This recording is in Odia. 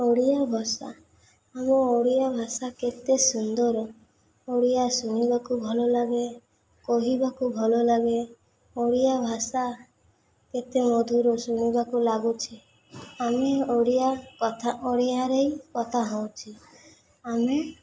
ଓଡ଼ିଆ ଭାଷା ଆମ ଓଡ଼ିଆ ଭାଷା କେତେ ସୁନ୍ଦର ଓଡ଼ିଆ ଶୁଣିବାକୁ ଭଲ ଲାଗେ କହିବାକୁ ଭଲ ଲାଗେ ଓଡ଼ିଆ ଭାଷା କେତେ ମଧୁର ଶୁଣିବାକୁ ଲାଗୁଛି ଆମେ ଓଡ଼ିଆ କଥା ଓଡ଼ିଆରେ କଥା ହେଉଛି ଆମେ